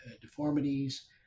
deformities